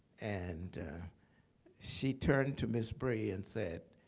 and she turned to miss bry and said,